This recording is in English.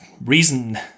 reason